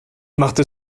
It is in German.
machte